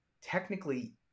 Technically